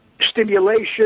stimulation